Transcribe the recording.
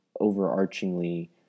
overarchingly